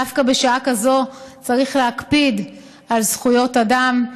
דווקא בשעה כזאת צריך להקפיד על זכויות אדם.